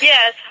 Yes